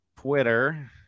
Twitter